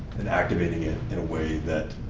and activating it in a way that